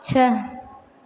छः